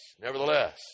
nevertheless